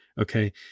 Okay